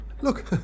look